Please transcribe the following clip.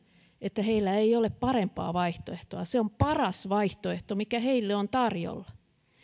että heillä ei ole parempaa vaihtoehtoa se on paras vaihtoehto mikä heille on tarjolla